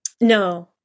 No